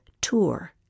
tour